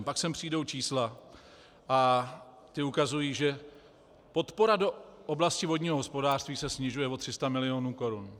Pak sem přijdou čísla a ta ukazují, že podpora do oblasti vodního hospodářství se snižuje o 300 mil. korun.